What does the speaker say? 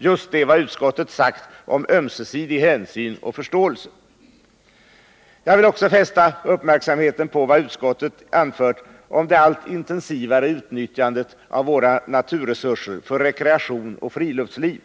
28 november 1979 Jag vill också fästa uppmärksamheten på vad utskottet anfört om det allt intensivare utnyttjandet av våra naturresurser för rekreation och friluftsliv.